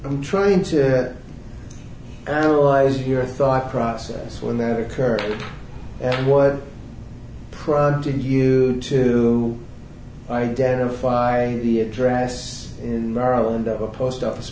i'm trying to and i realize your thought process when that occurred and what proud did you to identify the address in maryland of a post office